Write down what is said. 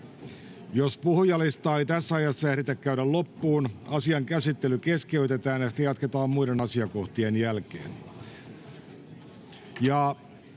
Jos puhujalistaa ei tässä ajassa ehditä käydä loppuun, asian käsittely keskeytetään ja sitä jatketaan muiden asiakohtien jälkeen.